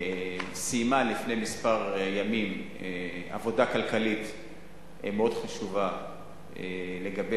סיימה לפני כמה ימים עבודה כלכלית מאוד חשובה לגבי